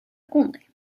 only